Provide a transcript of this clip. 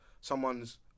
Someone's